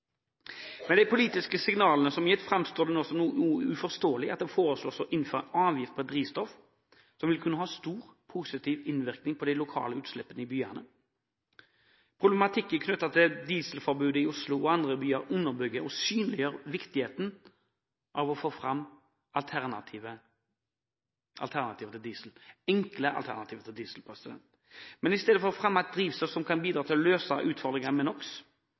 Med de politiske signalene som er gitt, framstår det nå som noe uforståelig at det foreslås å innføre avgifter på et drivstoff som vil kunne ha stor positiv innvirkning på de lokale utslippene i byene. Problematikken knyttet til et dieselforbud i Oslo og andre byer underbygger og synliggjør viktigheten av å få fram enkle alternativer til diesel. Men i stedet for å fremme et drivstoff som kan bidra til å løse utfordringen med